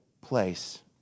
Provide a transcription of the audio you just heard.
place